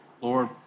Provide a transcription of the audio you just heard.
Lord